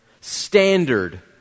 standard